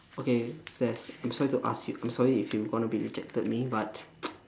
okay saif I'm sorry to ask you I'm sorry if you going to be rejected me but